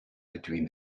between